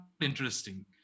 interesting